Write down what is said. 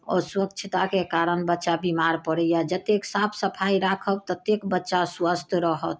अस्वछताके कारण बच्चा बीमार पड़ैए जते साफ सफाइ राखब ततेक बच्चा स्वस्थ रहत